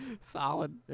Solid